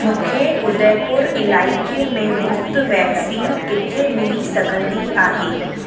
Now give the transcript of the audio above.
मूंखे उदयपुर इलाइक़े में मुफ़्ति वैक्सीन किथे मिली सघंदी आहे